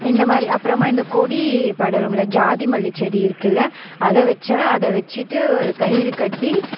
இந்தமாதிரி அப்புறமாக இந்த கொடி படருமில்ல ஜாதி மல்லி செடி இருக்குதுல அதை வச்சேன் அதை வச்சிகிட்டு ஒரு கயிறு கட்டி